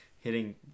hitting